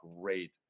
great